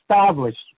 established